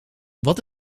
wat